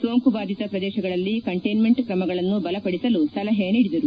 ಸೋಂಕು ಬಾಧಿತ ಪ್ರದೇಶಗಳಲ್ಲಿ ಕಂಟೈನ್ಮೆಂಟ್ ಕ್ರಮಗಳನ್ನು ಬಲಪಡಿಸಲು ಸಲಹೆ ನೀಡಿದರು